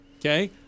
Okay